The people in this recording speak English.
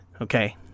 okay